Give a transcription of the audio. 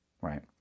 right